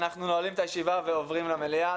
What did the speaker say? אנחנו נועלים את הישיבה ועוברים למליאה,